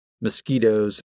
mosquitoes